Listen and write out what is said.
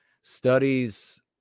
studies